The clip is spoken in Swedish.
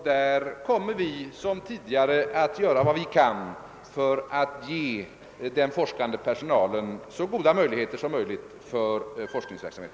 Vi kommer lik som tidigare att göra vad vi kan för att ge den forskande personalen ökade möjligheter till forskningsverksamhet.